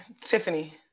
Tiffany